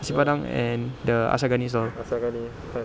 nasi padang and the asagani stall